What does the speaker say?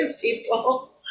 people